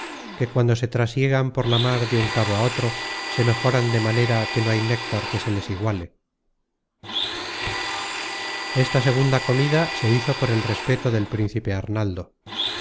que cuando se trasiegan por la mar de un cabo a otro se mejoran de manera que no hay néctar que se les iguale esta segunda comida se hizo por el respeto del principe arnaldo